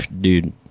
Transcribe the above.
Dude